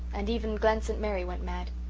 and even glen st. mary went mad.